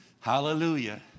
hallelujah